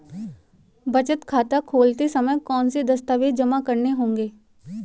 बचत खाता खोलते समय कौनसे दस्तावेज़ जमा करने होंगे?